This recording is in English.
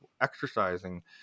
exercising